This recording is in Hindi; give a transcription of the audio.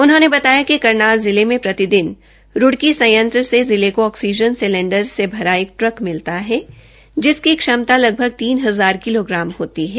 उन्होने बताया कि करनाल जिले में प्रतिदिन रूड़की संयंत्र से जिले को ऑक्सीजन सिलेडर से भरा एक ट्रक मिलता है जिसकी क्षमता लगभग तीन हजार किलोग्राम होती है